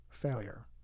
Failure